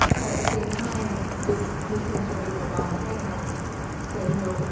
but at the same time, this person serving in obama's white house said, you know, ah